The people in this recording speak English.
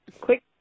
quick